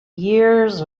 years